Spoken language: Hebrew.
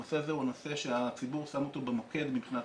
הנושא הזה הוא הנושא שהציבור שם אותו במוקד מבחינת